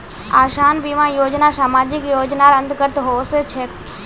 आसान बीमा योजना सामाजिक योजनार अंतर्गत ओसे छेक